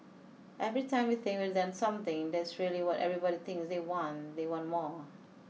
every time we think we've done something that's really what everybody thinks they want they want more